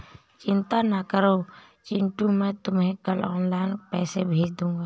चिंता ना करो चिंटू मैं तुम्हें कल ऑनलाइन पैसे भेज दूंगा